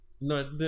No